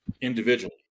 individually